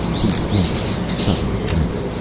he squinted, suddenly tense.